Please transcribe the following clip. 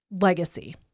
legacy